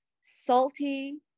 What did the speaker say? salty